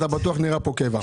אתה בטוח נראה פה בקבע.